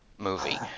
movie